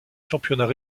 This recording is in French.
championnats